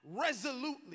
resolutely